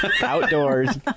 outdoors